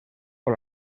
por